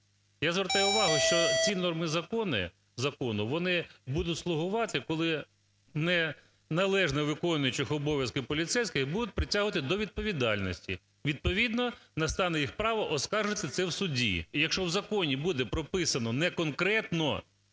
Я звертаю увагу, що ці норми закону, вони будуть слугувати, коли неналежно виконуючих обов'язки поліцейських будуть притягувати до відповідальності. Відповідно настане їх право оскаржити це в суді. І якщо в законі буде прописано не конкретно,